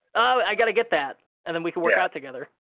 oh, i gotta get that and then we can work out together.